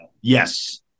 Yes